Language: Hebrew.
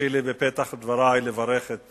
תרשי לי בפתח דברי לברך את